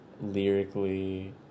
Lyrically